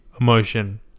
emotion